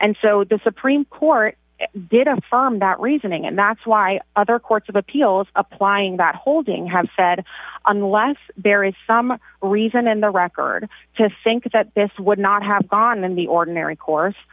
and so the supreme court did affirm that reasoning and that's why other courts of appeals applying that holding have said unless there is some reason in the record to think that this would not have gone in the ordinary course